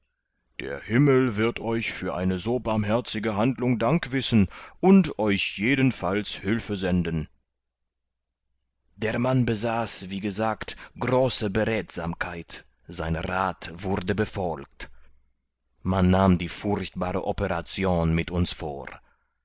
der himmel wird euch für eine so barmherzige handlung dank wissen und euch jedenfalls hülfe senden der mann besaß wie gesagt große beredtsamkeit sein rath wurde befolgt man nahm die furchtbare operation mit uns vor